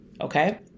okay